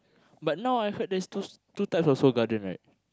but now I heard there's two two types of Seoul-Garden right